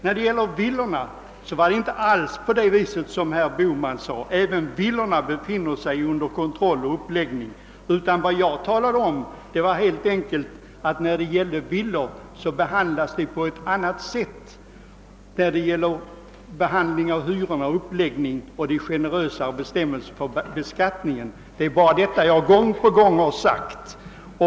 När det gäller villorna förhåller det sig inte alls så som herr Bohman påstod. Även villorna befinner sig under en kontroll. Vad jag påpekade var heh enkelt att villorna behandlas på ett annat sätt när det gäller hyror, och att generösare bestämmelser gäller för beskattningen. Det är bara detta jag gång på gång har sagt.